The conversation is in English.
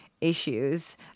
issues